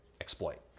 exploit